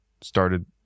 started